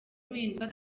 impinduka